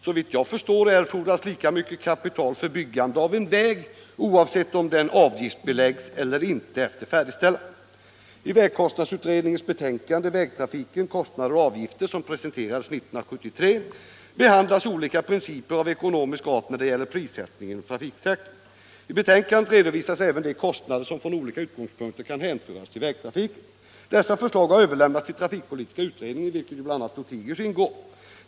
Såvitt jag förstår erfordras emellertid lika mycket kapital för byggande av en väg, oavsett om den avgiftbeläggs eller inte efter färdigställandet. avgifter, som presenterades 1973, behandlas olika principer av ekonomisk art när det gäller prissättning inom trafiksektorn. I betänkandet redovisas även de kostnader som från olika utgångspunkter kan hänföras till vägtrafiken. Dessa förslag har överlämnats till trafikpolitiska utredningen, i vilken bl.a. herr Lothigius ingår.